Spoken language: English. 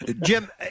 Jim